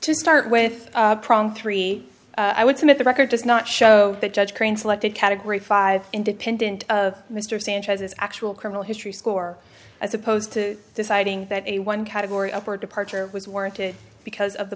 to start with prong three i would submit the record does not show that judge crane selected category five independent of mr sanchez's actual criminal history score as opposed to deciding that a one category upward departure was warranted because of the